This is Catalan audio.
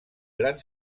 gran